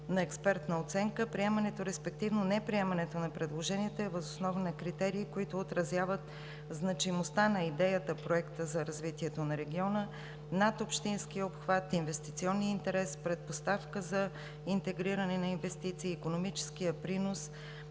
на експертна оценка. Приемането, респективно неприемането на предложенията, е въз основа на критерии, които отразяват значимостта на идеята – Проектът за развитието на региона, надобщинският обхват, инвестиционният интерес, предпоставка за интегриране на инвестиции, икономическият принос